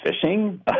fishing